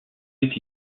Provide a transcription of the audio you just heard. est